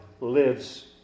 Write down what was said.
lives